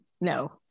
No